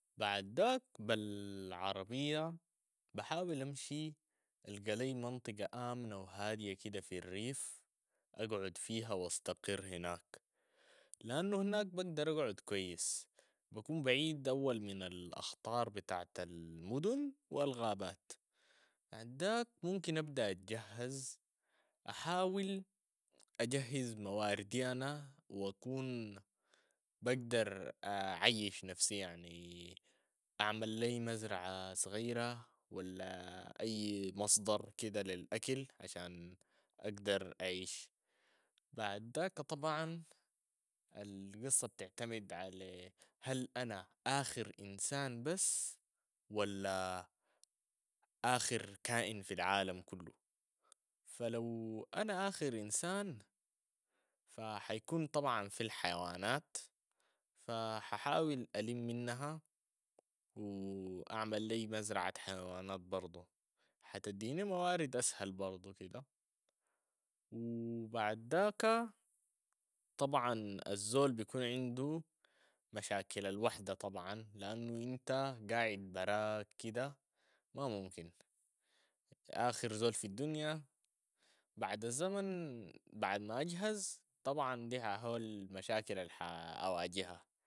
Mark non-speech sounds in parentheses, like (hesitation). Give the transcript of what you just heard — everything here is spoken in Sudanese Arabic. بعد داك بال- (hesitation) عربية، بحاول امشي القى لي منطقة امنة و هادية كده في الريف، اقعد فيها و استقر هناك، لانو هناك بقدر اقعد كويس، بكون بعيد اول من الاخطار بتاعت المدن و الغابات، بعد داك ممكن ابدا اتجهز، احاول اجهز مواردي انا و اكون بقدر اعيش نفسي يعني، اعمل لي مزرعة صغيرة ولا أي مصدر كده للأكل عشان أقدر أعيش، بعد داك طبعا القصة بتعتمد على هل أنا آخر إنسان بس ولا آخر كائن في العالم كلو، فلو أنا آخر إنسان فحيكون طبعا في الحيوانات، فححاول ألم منها و أعمل لي مزرعة حيوانات برضو حتديني موارد أسهل برضو كده، و بعد داك طبعا الزول بيكون عندو مشاكل الوحدة طبعا لأنو إنت قاعد براك كده، ما ممكن آخر زول في الدنيا بعد الزمن بعد ما أجهز طبعا دي اهو ال- (hesitation) مشاكل أواجهة